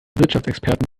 wirtschaftsexperten